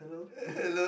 hello